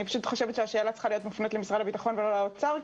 אני חושבת שהשאלה צריכה להיות מופנית למשרד הביטחון ולא למשרד האוצר,